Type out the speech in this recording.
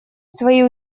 свои